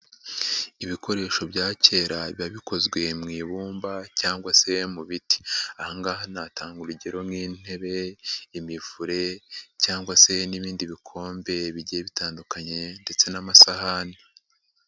ibikoresho bya kera biba bikozwe mu ibumba cyangwa se mu biti, aha ngaha natanga urugero nk'intebe, imivure cyangwa se n'ibindi bikombe bigiye bitandukanye ndetse n'amasahani.